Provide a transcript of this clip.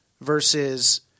versus